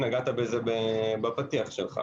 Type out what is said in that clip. נגעת בזה בפתיח שלך,